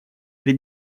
при